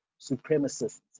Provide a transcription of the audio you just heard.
supremacists